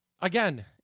Again